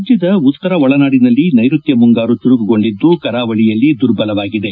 ರಾಜ್ಯದ ಉತ್ತರ ಒಳನಾದಿನಲ್ಲಿ ನೈರುತ್ಯ ಮುಂಗಾರು ಚುರುಕುಗೊಂಡಿದ್ದು ಕರಾವಳಿಯಲ್ಲಿ ದುರ್ಬಲಗೊಂಡಿದೆ